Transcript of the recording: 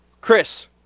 Chris